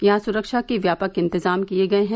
यहां सुरक्षा के व्यापक इंतजाम किये गये हैं